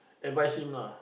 advise him lah